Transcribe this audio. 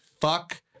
fuck